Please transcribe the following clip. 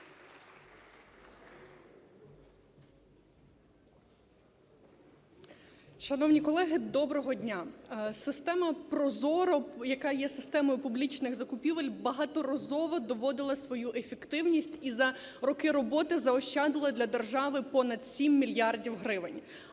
Шановні колеги, доброго дня. Система ProZorro, яка є системою публічних закупівель, багаторазово доводила свою ефективність і за роки роботи заощадила для держави понад 7 мільярдів гривень.